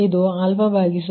ಇದು 12